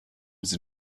sie